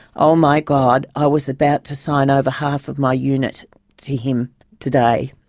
oh my god, i was about to sign over half of my unit to him today.